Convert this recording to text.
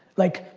like,